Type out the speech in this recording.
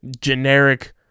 generic